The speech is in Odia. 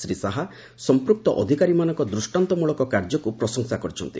ଶ୍ରୀ ଶାହା ସଂପୃକ୍ତ ଅଧିକାରୀମାନଙ୍କର ଦୃଷ୍ଟାନ୍ତମଳକ କାର୍ଯ୍ୟକୁ ପ୍ରଶଂସା କରିଛନ୍ତି